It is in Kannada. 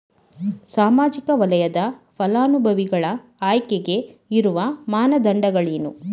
ಸಾಮಾಜಿಕ ವಲಯದ ಫಲಾನುಭವಿಗಳ ಆಯ್ಕೆಗೆ ಇರುವ ಮಾನದಂಡಗಳೇನು?